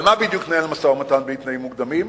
על מה בדיוק ננהל משא-ומתן בלי תנאים מוקדמים?